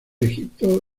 egipto